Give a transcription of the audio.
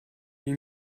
die